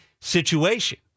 situation